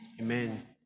Amen